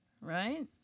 right